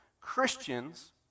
Christians